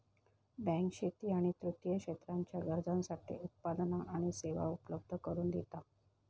bank शेती आणि तृतीय क्षेत्राच्या गरजांसाठी उत्पादना आणि सेवा उपलब्ध करून दिता